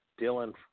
Dylan